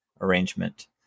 arrangement